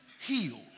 healed